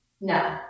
No